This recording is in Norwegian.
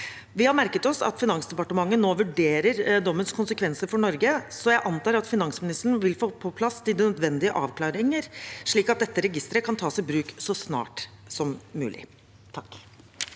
Vi har merket oss at Finansdepartementet nå vurderer dommens konsekvenser for Norge, så jeg antar at finansministeren vil få på plass de nødvendige avklaringer, slik at dette registeret kan tas i bruk så snart som mulig.